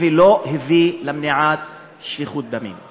ולא הביא למניעת שפיכות דמים.